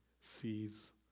sees